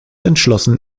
entschlossen